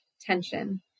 tension